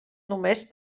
només